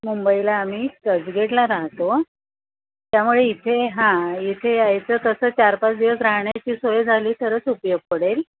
मुंबईला आम्ही चर्चगेटला राहतो त्यामुळे इथे हां इथे यायचं तसं चार पाच दिवस राहण्याची सोय झाली तरच उपयोगी पडेल